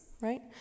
right